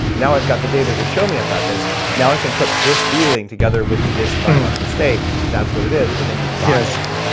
now i've got the data to show me i've got this. now i can put this feeling together with this biological state that's what it is, and then you've got and